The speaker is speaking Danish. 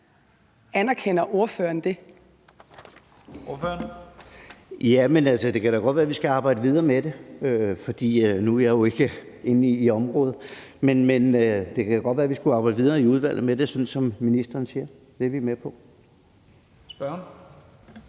Jan Carlsen (M): Det kan da godt være, at vi skal arbejde videre med det. Nu er jeg jo ikke inde i området, men det kan da godt være, vi skal arbejde videre med det i udvalget, sådan som ministeren siger. Det er vi med på. Kl.